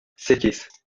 sekiz